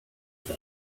then